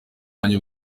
nanjye